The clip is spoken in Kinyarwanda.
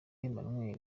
emmanuel